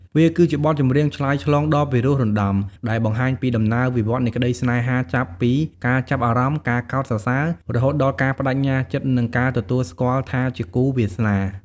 វាគឺជាបទចម្រៀងឆ្លើយឆ្លងដ៏ពីរោះរណ្តំ ដែលបង្ហាញពីដំណើរវិវត្តន៍នៃក្តីស្នេហាចាប់ពី ការចាប់អារម្មណ៍ ការកោតសរសើរ រហូតដល់ការប្តេជ្ញាចិត្ត និងការទទួលស្គាល់ថាជាគូវាសនា។